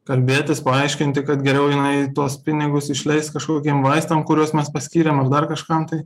kalbėtis paaiškinti kad geriau jinai tuos pinigus išleis kažkokiem vaistam kuriuos mes paskyrėm dar kažkam tai